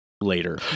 later